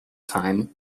time